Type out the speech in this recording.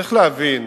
צריך להבין,